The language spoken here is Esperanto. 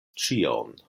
ĉion